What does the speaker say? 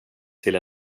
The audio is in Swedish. till